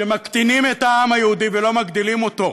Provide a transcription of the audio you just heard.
שמקטינים את העם היהודי, ולא מגדילים אותו?